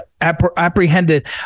apprehended